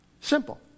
Simple